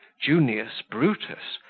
junius brutus,